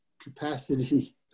capacity